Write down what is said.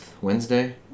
Wednesday